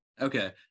Okay